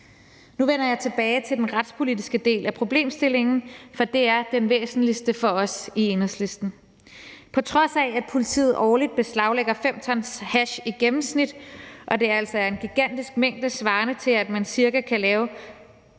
Nu vender jeg tilbage til den retspolitiske del af problemstillingen, for det er den væsentligste for os i Enhedslisten. På trods af at politiet årligt beslaglægger 5 t hash i gennemsnit – og det er altså en gigantisk mængde svarende til, at man kan lave